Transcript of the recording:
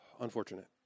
Unfortunate